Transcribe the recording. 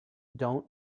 don’t